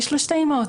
יש לו שתי אימהות.